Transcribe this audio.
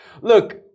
Look